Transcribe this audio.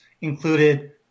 included